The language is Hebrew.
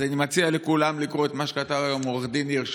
אז אני מציע לכולם לקרוא את מה שכתב היום עו"ד ניר,